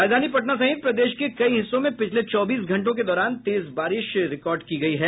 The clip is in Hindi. राजधानी पटना सहित प्रदेश के कई हिस्सों में पिछले चौबीस घंटों के दौरान तेज बारिश रिकार्ड की गयी है